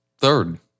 third